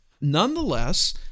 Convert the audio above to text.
nonetheless